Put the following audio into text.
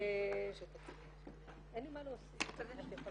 אין לי מה להוסיף.